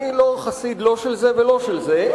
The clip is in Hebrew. אני לא חסיד לא של זה ולא של זה,